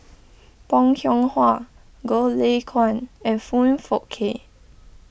Bong Hiong Hwa Goh Lay Kuan and Foong Fook Kay